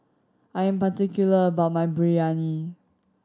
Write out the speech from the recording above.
I'm particular about my Biryani